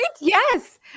Yes